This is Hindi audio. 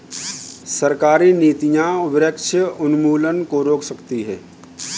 सरकारी नीतियां वृक्ष उन्मूलन को रोक सकती है